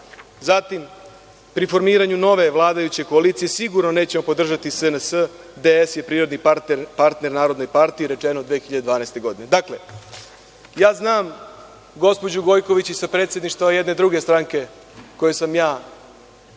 Zatim, „Pri formiranju nove vladajuće koalicije sigurno nećemo podržati SNS, DS je prirodni partner Narodne partije.“, rečeno je 2012. godine. Dakle, ja znam gospođu Gojković i sa predsedništva jedne druge stranke kojoj sam ja pripadao